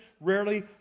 rarely